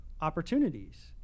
opportunities